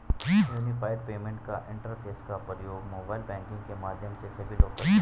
unified payment interface का प्रयोग mobile banking के माध्यम से सभी लोग करते हैं